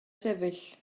sefyll